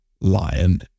lion